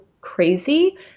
crazy